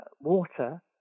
water